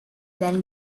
then